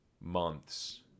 months